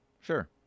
Sure